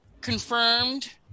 confirmed